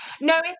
No